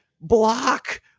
block